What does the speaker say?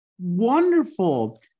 Wonderful